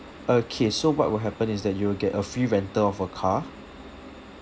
okay so what will happen is that you'll get a free rental of a car